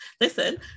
Listen